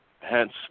hence